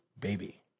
baby